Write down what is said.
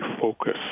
focus